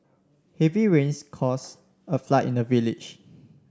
heavy rains caused a flood in the village